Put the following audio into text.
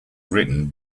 written